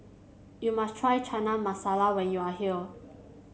you must try Chana Masala when you are here